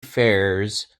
fares